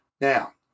Now